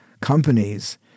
companies